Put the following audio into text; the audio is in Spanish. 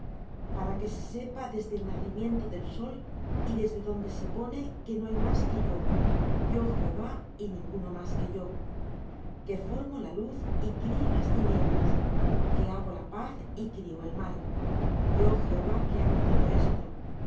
para que se sepa desde el nacimiento del sol y desde donde se pone que no hay más que yo yo jehová y ninguno más que yo que formo la luz y crío las tinieblas que hago la paz y crío el mal yo jehová que hago todo esto